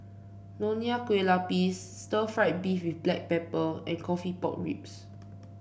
Nonya Kueh Lapis Stir Fried Beef with Black Pepper and coffee Pork Ribs